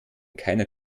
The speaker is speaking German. keiner